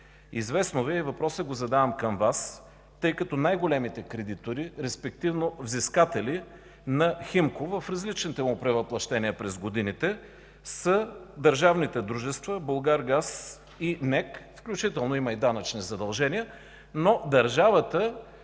Известно Ви е и задавам въпроса към Вас, тъй като най-големите кредитори, респективно взискатели на „Химко” в различните му превъплъщения през годините, са държавните дружества „Булгаргаз” и НЕК, включително има и данъчни задължения, но държавата